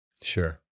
Sure